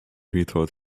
retired